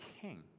king